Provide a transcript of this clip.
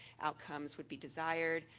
outcomes would be desired,